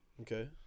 okay